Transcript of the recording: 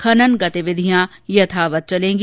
खनन गतिविधया यथावत चलेंगी